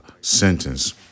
sentence